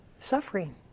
suffering